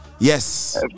Yes